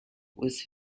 with